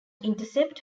intercept